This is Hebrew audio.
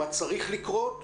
מה צריך לקרות,